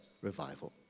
revival